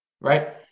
right